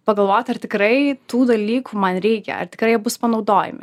pagalvot ar tikrai tų dalykų man reikia ar tikrai bus panaudojami